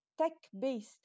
tech-based